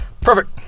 perfect